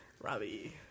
Robbie